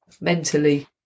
mentally